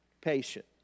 patient